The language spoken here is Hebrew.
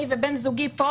אני ובן זוגי פה